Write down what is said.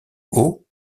haut